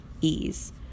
Ease